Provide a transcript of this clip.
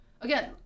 Again